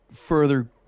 further